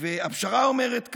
והפשרה אומרת כך: